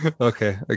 Okay